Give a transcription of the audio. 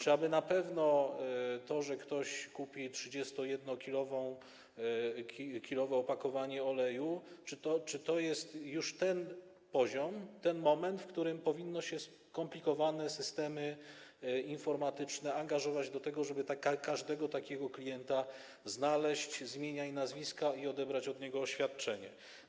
Czy aby na pewno to, że ktoś kupi 31-kilowe opakowanie oleju, to jest już ten poziom, ten moment, w którym powinno się skomplikowane systemy informatyczne angażować do tego, aby każdego takiego klienta znaleźć, znać go z imienia i nazwiska i odebrać od niego oświadczenie?